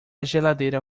geladeira